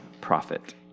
profit